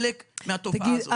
להיות.